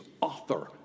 author